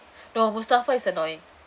no mustafa is annoying